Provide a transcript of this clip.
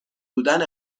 بودن